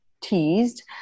teased